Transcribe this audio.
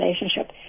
relationship